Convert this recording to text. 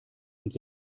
und